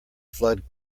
flood